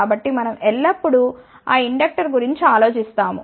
కాబట్టి మనం ఎల్లప్పుడూ ఆ ఇండక్టర్ గురించి ఆలోచిస్తాము